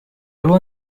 loi